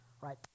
Right